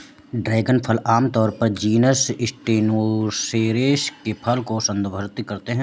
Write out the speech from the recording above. dragon फल आमतौर पर जीनस स्टेनोसेरेस के फल को संदर्भित करता है